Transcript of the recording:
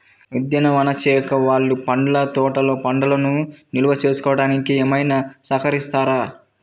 ఉద్యానవన శాఖ వాళ్ళు పండ్ల తోటలు పండ్లను నిల్వ చేసుకోవడానికి ఏమైనా సహకరిస్తారా?